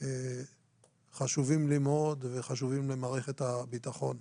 חשובים לי מאוד וחשובים למערכת הביטחון.